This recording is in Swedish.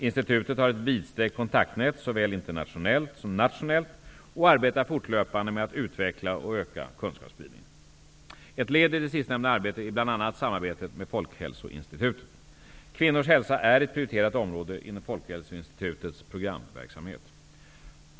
Institutet har ett vidsträckt kontaktnät såväl internationellt som nationellt och arbetar fortlöpande med att utveckla och öka kunskapsspridningen. Ett led i det sistnämnda arbetet är bl.a. samarbetet med Folkhälsoinstitutet. Kvinnors hälsa är ett prioriterat område inom Folkhälsoinstitutets programverksamhet.